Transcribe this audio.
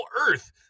Earth